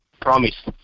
promise